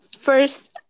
first